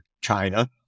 China